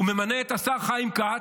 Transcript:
הוא ממנה את השר חיים כץ,